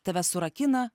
tave surakina